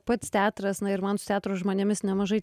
pats teatras na ir man su teatro žmonėmis nemažai